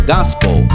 Gospel